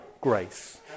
grace